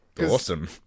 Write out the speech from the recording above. awesome